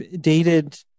dated